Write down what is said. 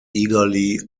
eagerly